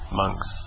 monks